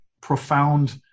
profound